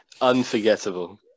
unforgettable